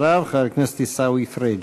אחריו, חבר הכנסת עיסאווי פריג'.